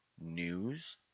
news